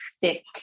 thick